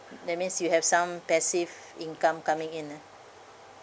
that means you have some passive income coming in ah